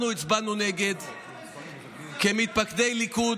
אנחנו הצבענו נגד כמתפקדי ליכוד.